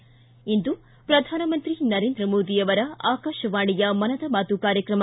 ್ಲಿ ಇಂದು ಪ್ರಧಾನಮಂತ್ರಿ ನರೇಂದ್ರ ಮೋದಿ ಅವರ ಆಕಾಶವಾಣಿಯ ಮನದ ಮಾತು ಕಾರ್ಯಕ್ರಮ